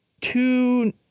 two